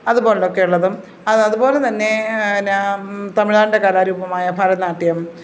അതുപോലെ ഉള്ളതൊക്കെ ഉള്ളതും അത് അതുപോലെ തന്നെ പിന്നെ തമിഴ്നാട്ടിലെ കലാരൂപമായ ഭരതനാട്യം